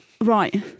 Right